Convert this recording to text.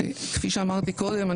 כפי שאמרתי קודם,